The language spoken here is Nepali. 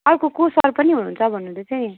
अर्को को सर पनि हुनुहुन्छ भन्नु हुँदैथियो नि